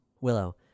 Willow